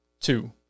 Two